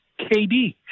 KD